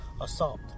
assault